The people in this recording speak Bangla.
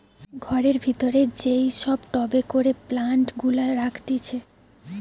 ঘরের ভিতরে যেই সব টবে করে প্লান্ট গুলা রাখতিছে